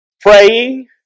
praying